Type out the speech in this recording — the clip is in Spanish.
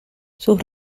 sus